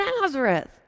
Nazareth